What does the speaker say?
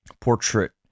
portrait